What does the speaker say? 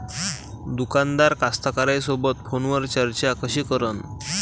दुकानदार कास्तकाराइसोबत फोनवर चर्चा कशी करन?